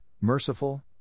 merciful